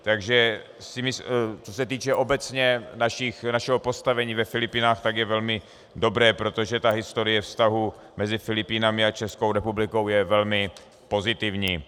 Takže si myslím, co se týče obecně našeho postavení ve Filipínách, tak je velmi dobré, protože historie vztahů mezi Filipínami a Českou republikou je velmi pozitivní.